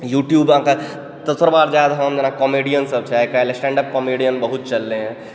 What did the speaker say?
YouTube अहाँके दोसर बात जेना कि हम जेना कॉमेडियन सब छै आइकालि स्टेन्डप कॉमेडियन बहुत चललैहें